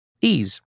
Ease